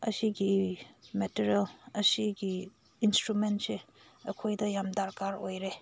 ꯑꯁꯤꯒꯤ ꯃꯦꯇꯔꯦꯜ ꯑꯁꯤꯒꯤ ꯏꯟꯁꯇ꯭ꯔꯨꯃꯦꯟꯁꯦ ꯑꯩꯈꯣꯏꯗ ꯌꯥꯝ ꯗꯔꯀꯥꯔ ꯑꯣꯏꯔꯦ